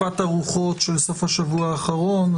הרוחות של סוף השבוע האחרון.